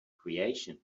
creation